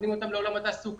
מכינים אותם לעולם התעסוקה,